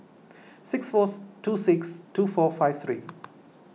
six four two six two four five three